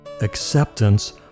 acceptance